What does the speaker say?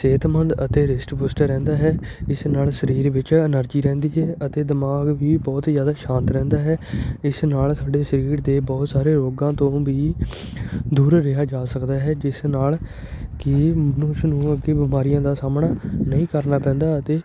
ਸਿਹਤਮੰਦ ਅਤੇ ਰਿਸ਼ਟ ਪੁਸ਼ਟ ਰਹਿੰਦਾ ਹੈ ਇਸ ਨਾਲ ਸਰੀਰ ਵਿੱਚ ਐਨਰਜੀ ਰਹਿੰਦੀ ਹੈ ਅਤੇ ਦਿਮਾਗ ਵੀ ਬਹੁਤ ਜ਼ਿਆਦਾ ਸ਼ਾਂਤ ਰਹਿੰਦਾ ਹੈ ਇਸ ਨਾਲ ਸਾਡੇ ਸਰੀਰ ਦੇ ਬਹੁਤ ਸਾਰੇ ਰੋਗਾਂ ਤੋਂ ਵੀ ਦੂਰ ਰਿਹਾ ਜਾ ਸਕਦਾ ਹੈ ਜਿਸ ਨਾਲ ਕਿ ਮਨੁੱਖ ਨੂੰ ਅੱਗੇ ਬਿਮਾਰੀਆਂ ਦਾ ਸਾਹਮਣਾ ਨਹੀਂ ਕਰਨਾ ਪੈਂਦਾ ਅਤੇ